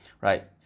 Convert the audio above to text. right